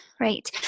Right